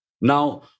Now